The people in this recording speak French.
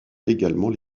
également